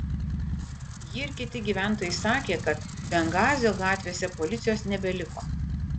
ji ir kiti gyventojai sakė kad bengazio gatvėse policijos nebeliko